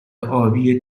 آبی